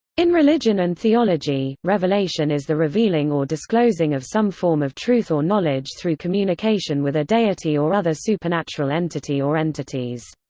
in religion and theology, revelation is the revealing or disclosing of some form of truth or knowledge through communication with a deity or other supernatural entity or entities.